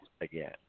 again